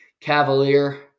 Cavalier